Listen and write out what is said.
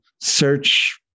search